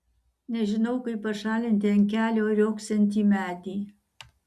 nežinau kaip pašalinti ant kelio riogsantį medį